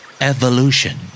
Evolution